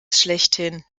schlechthin